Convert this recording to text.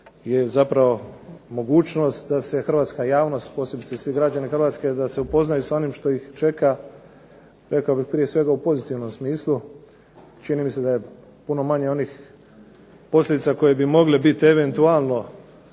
je zapravo mogućnost da se hrvatska javnost, posebice svi građani Hrvatske da se upoznaju s onim što ih čeka, rekao bih prije svega u pozitivnom smislu. Čini mi se da je puno manje onih posljedica koje bi mogle bit eventualno